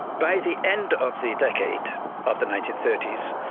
by the end of the decade of the nineteen thirty s,